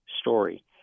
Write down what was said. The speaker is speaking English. story